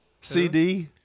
CD